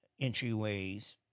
entryways